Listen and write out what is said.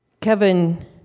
Kevin